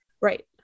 Right